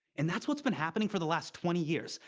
and that's what's been happening for the last twenty years.